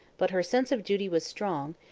but her sense of duty was strong,